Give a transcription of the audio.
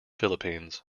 philippines